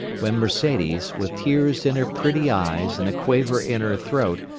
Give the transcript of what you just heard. when mercedes, with tears in her pretty eyes and a quaver in her throat,